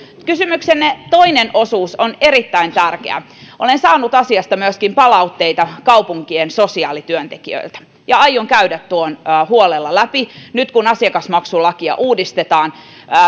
kysymyksenne toinen osuus on erittäin tärkeä olen saanut asiasta palautteita myöskin kaupunkien sosiaalityöntekijöiltä ja aion käydä tuon huolella läpi nyt kun asiakasmaksulakia uudistetaan